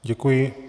Děkuji.